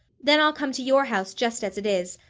then i'll come to your house just as it is.